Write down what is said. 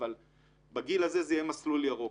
אבל בגיל הזה זה יהיה מסלול ירוק.